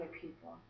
people